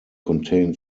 contain